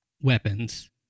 weapons